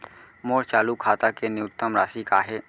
मोर चालू खाता के न्यूनतम राशि का हे?